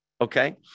okay